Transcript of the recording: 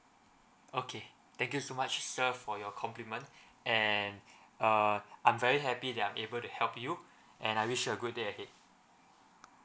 okay thank you so much sir for your compliment and err I'm very happy that I'm able to help you and I wish a good day ahead